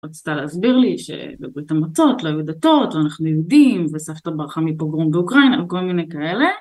רצית להסביר לי שבברית המועצות לא היו דתות ואנחנו יהודים וסבתא ברחה מפוגרום באוקראינה וכל מיני כאלה